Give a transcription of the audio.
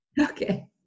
Okay